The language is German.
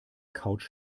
couch